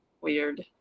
Weird